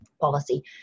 policy